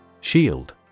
Shield